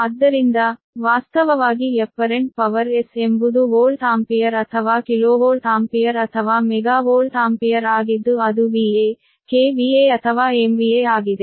ಆದ್ದರಿಂದ ವಾಸ್ತವವಾಗಿ apparent power S ಎಂಬುದು ವೋಲ್ಟ್ ಆಂಪಿಯರ್ ಅಥವಾ ಕಿಲೋವೋಲ್ಟ್ ಆಂಪಿಯರ್ ಅಥವಾ ಮೆಗಾ ವೋಲ್ಟ್ ಆಂಪಿಯರ್ ಆಗಿದ್ದು ಅದು VA kVA or MVA ಆಗಿದೆ